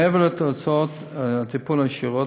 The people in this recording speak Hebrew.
מעבר להוצאות הטיפול הישירות,